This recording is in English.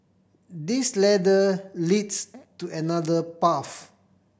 this ladder leads to another path